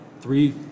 three